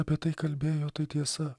apie tai kalbėjo tai tiesa